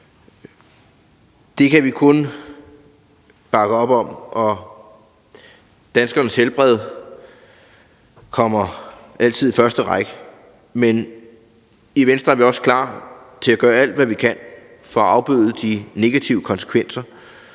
Det kan vi kun bakke op om, og danskernes helbred kommer altid i første række, men i Venstre er vi også klar til at gøre alt, hvad vi kan, for at afbøde de negative konsekvenser,